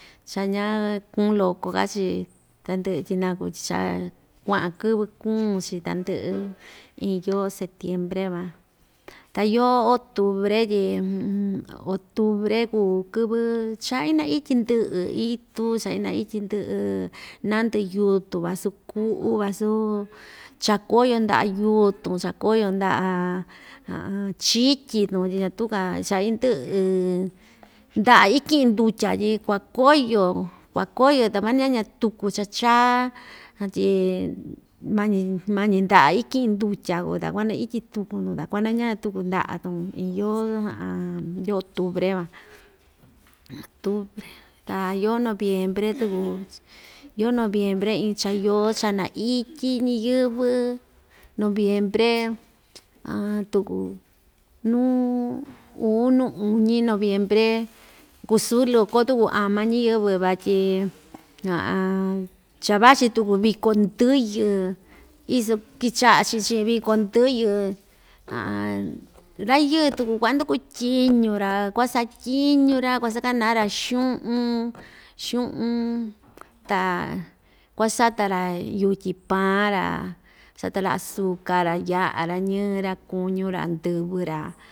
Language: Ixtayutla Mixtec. Cha ñaa kuun lokoka‑chi ta ndɨꞌɨ tyi nakuu tyi cha kuaꞌan kɨvɨ kuun‑chi ta ndɨꞌɨ iin yoo setiempre van ta yoo otubre tyi otubre kuu kɨvɨ cha inaityi ndɨꞌɨ itu cha inaityi ndɨꞌɨ naa ndɨꞌɨ yutun van suu kuꞌu vasu cha‑koyo ndaꞌa yutun cha koyo ndaꞌa chityi‑tun tyi ñatuu‑ka cha indɨꞌɨ ndaꞌa ikiꞌin ndutya tyi kuakoyo kuakoyo ta nañaña tuku cha chaa tyi mañi mañi ndaꞌa ikɨꞌɨn ndutya kuu ta kua‑naityi tuku‑tun ta kua‑nañaña tuku ndaꞌa‑tun iin yoo yoo otubre van otubre ta yoo noviembre tuku yoo noviempre iin cha yoo cha naityi ñiyɨ́vɨ́ noviempre tuku nuu uu nuu uñi noviempre kusɨɨ loko tuku ama ñiyɨvɨ vatyi cha vachi tuku viko ndɨyɨ iso kɨchaꞌa‑chi chiin viko ndɨyɨ rayɨɨ tuku kuanduku tyiñu‑ra kua‑satyiñu‑ra kua‑sakana‑ra xuꞌun xuꞌun ta kuasata‑ra yutyi paa‑ra sata‑ra azuca‑ra yaꞌa‑ra ñɨɨ‑ra kuñu‑ra ndɨvɨ‑ra.